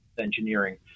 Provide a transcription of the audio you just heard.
engineering